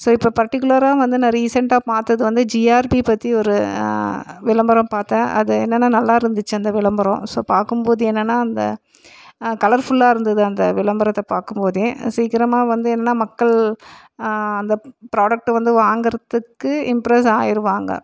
so இப்போ பர்ட்டிகுலராக வந்து நான் ரீசென்ட்டாக பார்த்தது வந்து ஜிஆர்பி பற்றி ஒரு விளம்பரம் பார்த்தேன் அது என்னென்னா நல்லா இருந்துச்சு அந்த விளம்பரம் ஸோ பார்க்கும்போது என்னென்னா அந்த கலர்ஃபுல்லாக இருந்தது அந்த விளம்பரத்தை பார்க்கும்போதே சீக்கிரமாக வந்து என்னென்னா மக்கள் அந்த ப்ராடெக்ட்டு வந்து வாங்குறத்துக்கு இம்ப்ரஸ் ஆயிடுவாங்க